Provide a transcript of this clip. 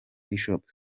bishop